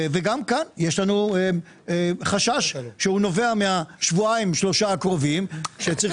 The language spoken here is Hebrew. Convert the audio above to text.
גם כאן יש לנו חשש שנובע מהשבועיים-שלושה הקרובים בהם צריך